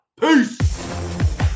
Peace